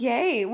Yay